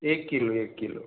एक किलो एक किलो